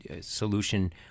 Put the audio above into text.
solution